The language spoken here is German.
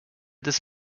des